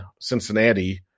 Cincinnati